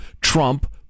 Trump